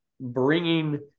bringing